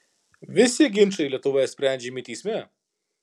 visi ginčai lietuvoje sprendžiami teisme